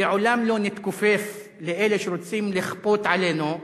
לעולם לא נתכופף לאלה שרוצים לכפות עלינו,